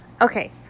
Okay